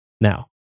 now